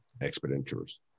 expenditures